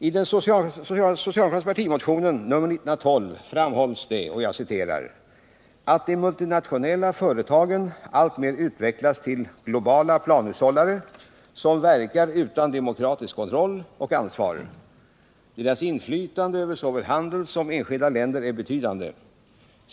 I den socialdemokratiska partimotionen nr 1912 framhålls att de multinationella företagen alltmer ”utvecklas till globala planhushållare, som verkar utan demokratisk kontroll och ansvar. Deras inflytande över såväl handel som enskilda länder är betydande.